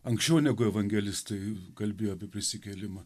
anksčiau negu evangelistai kalbėjo apie prisikėlimą